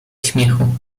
śmiechu